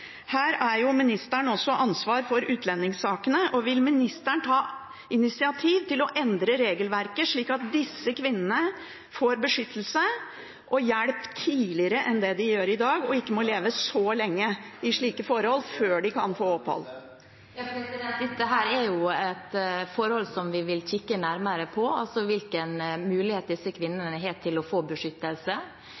Ministeren har også ansvaret for utlendingssakene, og vil hun ta initiativ til å endre regelverket, slik at disse kvinnene får beskyttelse og hjelp tidligere enn de gjør i dag, og ikke må leve så lenge i slike forhold før de kan få opphold? Dette er forhold som vi vil se nærmere på, altså hvilken mulighet disse